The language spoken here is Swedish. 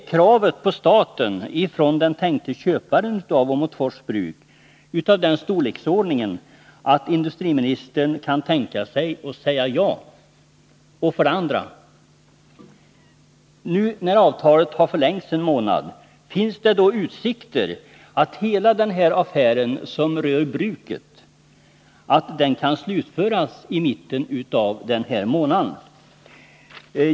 Är kravet på staten från den tänkte köparen av Åmotfors Bruk av den storleksordningen att industriministern kan tänka sig att säga ja? 2. Finns det, när nu avtalet förlängts en månad, utsikter att hela denna affär som rör bruket kan slutföras i mitten av den här månaden?